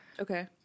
Okay